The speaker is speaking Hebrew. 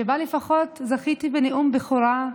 שבה לפחות זכיתי בנאום בכורה,